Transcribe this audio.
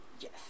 Yes